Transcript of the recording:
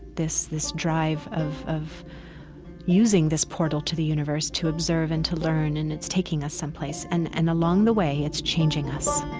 this this drive of using using this portal to the universe to observe and to learn and it's taking us someplace. and and along the way, it's changing us